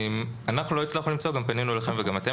אנחנו לא הצלחנו - גם פנינו אליכם וגם אתם